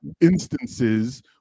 instances